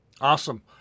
Awesome